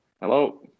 hello